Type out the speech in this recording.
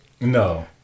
No